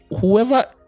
whoever